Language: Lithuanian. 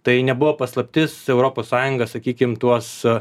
tai nebuvo paslaptis europos sąjunga sakykim tuos